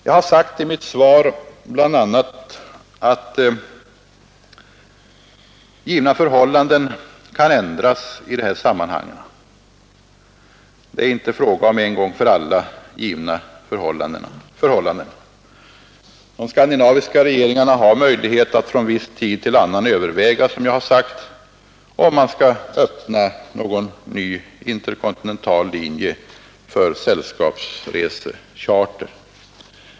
Jag har i mitt svar bl.a. sagt att givna förhållanden kan ändras i detta sammanhang. Det är inte fråga om en gång för alla fastlagda förhållanden. De skandinaviska regeringarna har — som jag sagt — möjlighet att från viss tid till annan överväga om man skall öppna några nya interkontinentala linjer för sällskapsresor med charter.